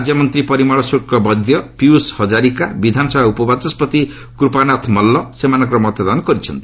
ରାଜ୍ୟମନ୍ତ୍ରୀ ପରିମଳ ଶୁକ୍ଲବୈଦ୍ୟ ପିୟୁଷ ହଜାରିକା ବିଧାନସଭା ଉପବାଚସ୍କତି କୂପାନାଥ ମଲ୍ଲ ସେମାନଙ୍କର ମତଦାନ କରିଛନ୍ତି